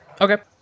Okay